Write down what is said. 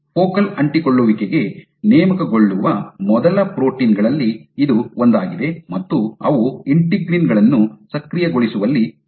focal ಅಂಟಿಕೊಳ್ಳುವಿಕೆಗೆ ನೇಮಕಗೊಳ್ಳುವ ಮೊದಲ ಪ್ರೋಟೀನ್ ಗಳಲ್ಲಿ ಇದು ಒಂದಾಗಿದೆ ಮತ್ತು ಅವು ಇಂಟಿಗ್ರೀನ್ ಗಳನ್ನು ಸಕ್ರಿಯಗೊಳಿಸುವಲ್ಲಿ ತೊಡಗಿಕೊಂಡಿವೆ